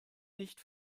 nicht